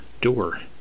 door